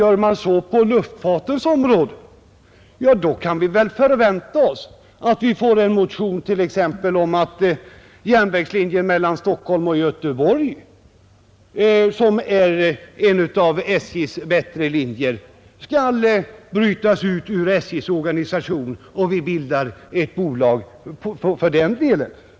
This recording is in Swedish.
Gör man så på luftfartens område, kan vi väl förvänta oss att vi får en motion om att t.ex. järnvägslinjen mellan Stockholm och Göteborg, som är en av SJ:s bättre linjer, skall brytas ut ur SJ:s organisation och att vi skall bilda ett bolag för den sträckan.